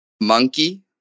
Monkey